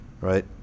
right